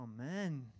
Amen